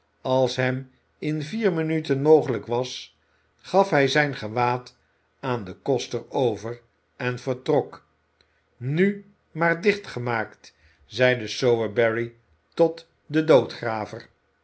als hem in vier minuten mogelijk was gaf hij zijn gewaad aan den koster over en vertrok nu maar dicht gemaakt zeide sowerberry i tot den